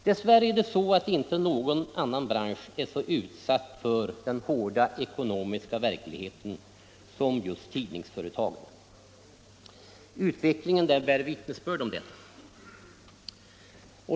Dess värre är inte några andra företag så utsatta för den hårda ekonomiska verkligheten som just de som verkar inom tidningsbranschen. Utvecklingen bär vittnesbörd om detta.